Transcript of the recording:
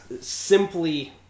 simply